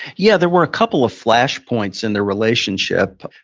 yeah. there were a couple of flash points in their relationship.